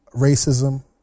racism